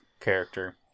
character